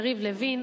יריב לוין,